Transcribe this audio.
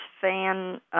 fan